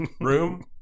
room